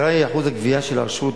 הצרה היא אחוז הגבייה של הרשות,